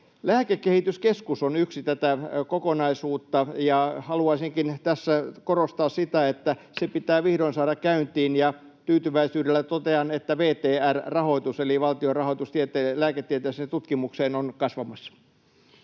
Lääkekehityskeskus on yksi osa tätä kokonaisuutta, ja haluaisinkin tässä korostaa sitä, että se pitää vihdoin saada käyntiin, ja tyytyväisyydellä totean, että VTR-rahoitus eli valtion rahoitus lääketieteelliseen tutkimukseen on kasvamassa.